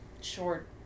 short